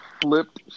flipped